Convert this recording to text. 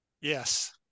Yes